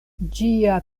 ĝia